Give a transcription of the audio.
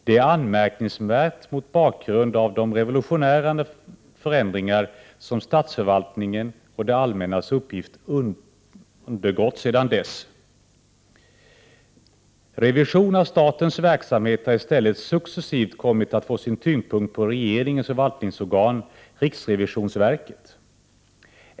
Det är anmärkningsvärt mot bakgrund av de revolutionära förändringar som statsförvaltningen och det allmänna har undergått sedan dess. Revision av statens verksamhet har i stället successivt kommit att få sin tyngdpunkt på regeringens förvaltningsorgan riksrevisionsverket.